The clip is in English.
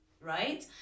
right